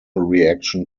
reaction